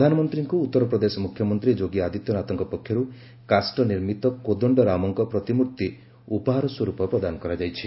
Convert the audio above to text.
ପ୍ରଧାନମନ୍ତ୍ରୀଙ୍କୁ ଉତ୍ତରପ୍ରଦେଶ ମୁଖ୍ୟମନ୍ତ୍ରୀ ଯୋଗୀ ଆଦିତ୍ୟନାଥଙ୍କ ପକ୍ଷରୁ କାଷ୍ଟ ନିର୍ମିତ କୋଦଶ୍ଡ ରାମଙ୍କ ପ୍ରତିମୂର୍ତ୍ତି ଉପହାର ସ୍ୱରୂପ ପ୍ରଦାନ କରାଯାଇଛି